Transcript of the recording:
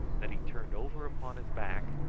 that he turned over upon his back,